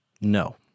No